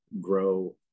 grow